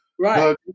Right